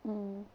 mm